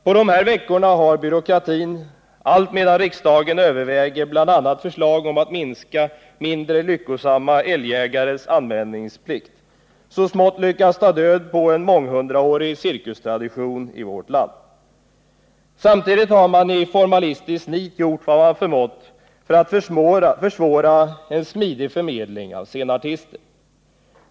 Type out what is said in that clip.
På de här veckorna har byråkratin, allt medan riksdagen övervägt bl.a. förslag om att minska mindre lyckosamma älgjägares anmälningsplikt, så smått lyckats ta död på en månghundraårig cirkustradition i vårt land. Samtidigt har man i formalistiskt nit gjort vad man krångel och onödig byråkrati krångel och onödig byråkrati förmått för att försvåra en smidig förmedling av scenartister.